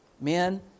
Men